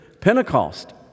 Pentecost